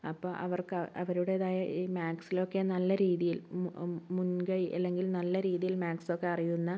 അപ്പം അവർക്ക് അവരുടേതായ ഈ മാത്സിലൊക്കെ നല്ല രീതിയിൽ മു മു മുൻകൈ അല്ലെങ്കിൽ നല്ല രീതിയിൽ മാത്സ് ഒക്കെ അറിയുന്ന